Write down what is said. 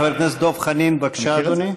חבר הכנסת דב חנין, בבקשה, אדוני.